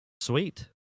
Sweet